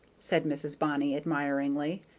said mrs. bonny, admiringly.